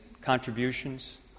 contributions